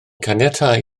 caniatáu